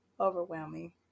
overwhelming